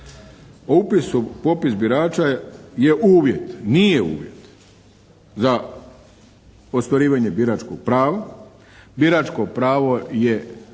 popis birača je uvjet, nije uvjet, za ostvarivanje biračkog prava. Biračko pravo je